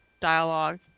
dialogue